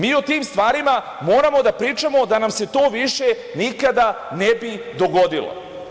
Mi o tim stvarima moramo da pričamo da nam se to više nikada ne bi dogodilo.